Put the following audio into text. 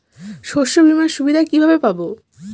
শস্যবিমার সুবিধা কিভাবে পাবো?